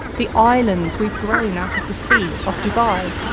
the islands we've grown out of the sea off dubai,